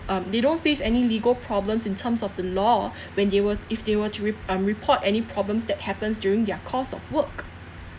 um they don't face any legal problems in terms of the law when they were if they were to rep~ um report any problems that happens during their course of work